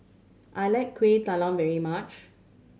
I like Kueh Talam very much